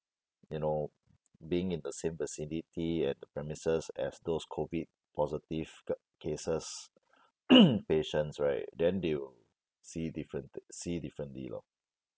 you know being in the same vicinity and premises as those COVID positive c~ cases patients right then they will see different th~ see differently lor